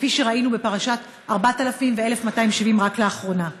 כפי שראינו בפרשת 4000 ו-1270 רק לאחרונה.